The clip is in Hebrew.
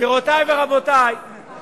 גבירותי ורבותי, אבל